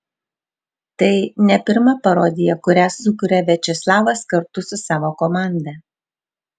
tai ne pirma parodija kurią sukuria viačeslavas kartu su savo komanda